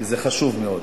כי זה חשוב מאוד.